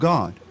God